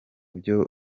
byo